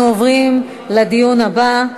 אנחנו עוברים לדיון הבא: